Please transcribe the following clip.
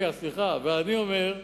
ואני אומר,